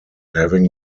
having